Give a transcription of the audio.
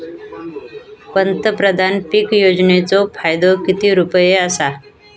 पंतप्रधान पीक योजनेचो फायदो किती रुपये आसा?